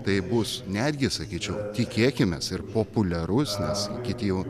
tai bus netgi sakyčiau tikėkimės ir populiarus nes kiti jau